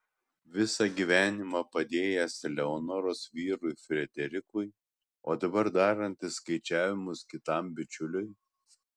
visą gyvenimą padėjęs leonoros vyrui frederikui o dabar darantis skaičiavimus kitam bičiuliui